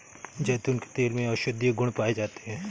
जैतून के तेल में औषधीय गुण पाए जाते हैं